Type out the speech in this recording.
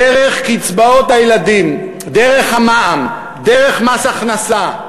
דרך קצבאות הילדים, דרך המע"מ, דרך מס הכנסה,